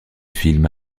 films